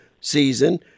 season